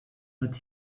but